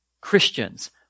Christians